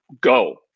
go